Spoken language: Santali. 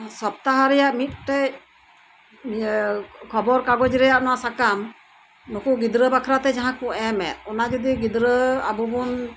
ᱥᱚᱯᱛᱟᱦᱚ ᱨᱮᱭᱟᱜ ᱢᱤᱫᱴᱮᱡ ᱱᱤᱭᱟᱹ ᱠᱷᱚᱵᱚᱨ ᱠᱟᱜᱚᱡ ᱨᱮᱭᱟᱜ ᱱᱚᱣᱟ ᱥᱟᱠᱟᱢ ᱱᱩᱠᱩ ᱜᱤᱫᱽᱨᱟᱹ ᱵᱟᱠᱷᱨᱟᱛᱮ ᱡᱟᱦᱟᱸᱠᱩ ᱮᱢᱮᱫ ᱚᱱᱟ ᱡᱚᱫᱤ ᱜᱤᱫᱽᱨᱟᱹ ᱟᱵᱩᱵᱩᱱ